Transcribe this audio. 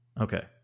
Okay